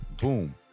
boom